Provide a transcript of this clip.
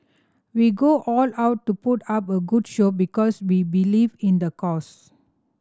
we go all out to put up a good show because we believe in the cause